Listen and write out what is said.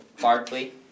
Barkley